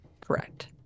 Correct